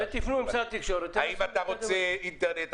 האם אתה רוצה אינטרנט?